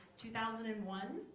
two thousand and one